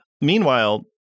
Meanwhile